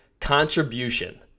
contribution